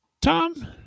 Tom